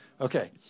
Okay